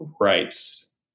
rights